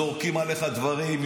זורקים עליך דברים,